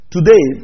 Today